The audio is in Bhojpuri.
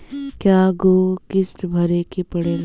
कय गो किस्त भरे के पड़ेला?